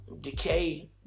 decay